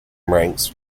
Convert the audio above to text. ranks